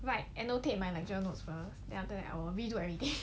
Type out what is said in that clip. like annotate my my lecture notes first then after that I will redo everything